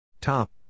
Top